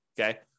okay